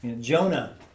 Jonah